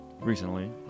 recently